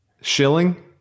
shilling